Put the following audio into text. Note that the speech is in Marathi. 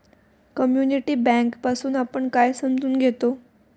कम्युनिटी बँक पासुन आपण काय समजून घेतो?